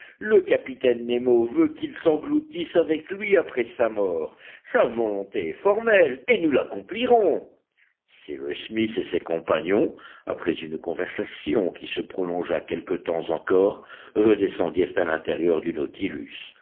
le capitaine nemo veut qu'il s'engloutisse avec lui après sa mort sa volonté est formelle et nous l'accomplirons cyrus smith et ses compagnons après une conversation qui se prolongea quelque temps encore redescendirent à l'intérieur du nautilus